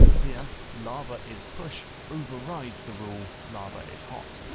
here, lava is push overrides the rule lava is hot.